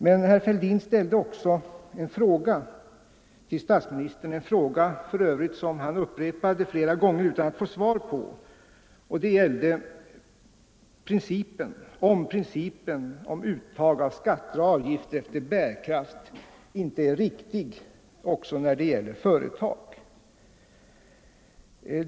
Men herr Fälldin ställde också en annan fråga till statsministern — och upprepade den flera gånger utan att få svar — nämligen om inte principen om uttag av skatter och avgifter efter bärkraft är riktig också när det gäller företag.